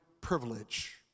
privilege